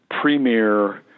premier